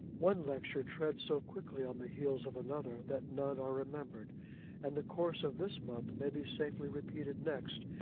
one lecture treads so quickly on the heels of another, that none are remembered and the course of this month may be safely repeated next,